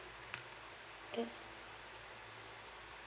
that